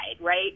right